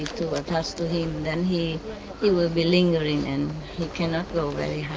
be too attached to him, then he he will be lingering, and he cannot go very